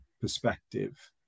perspective